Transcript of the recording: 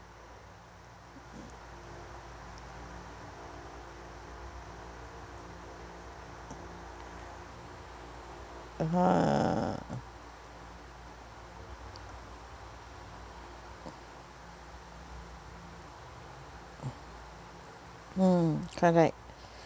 (uh huh) mm correct